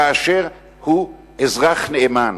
כאשר הוא אזרח נאמן.